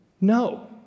No